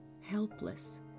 helpless